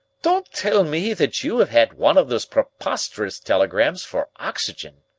don't tell me that you have had one of these preposterous telegrams for oxygen?